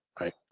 right